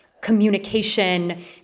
communication